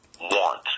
want